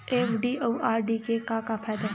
FD अउ RD के का फायदा हे?